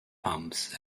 pumps